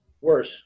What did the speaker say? Worse